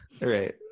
right